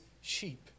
sheep